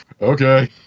Okay